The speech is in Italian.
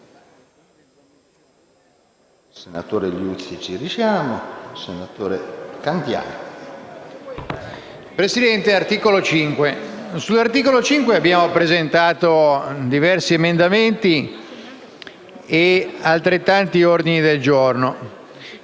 Presidente, all'articolo 5 abbiamo presentato diversi emendamenti e altrettanti ordini del giorno;